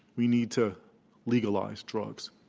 we need to legalize drugs.